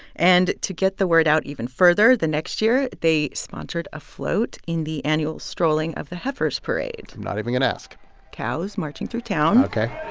and to get the word out even further, the next year, they sponsored a float in the annual strolling of the heifers parade i'm not even going to ask cows marching through town ok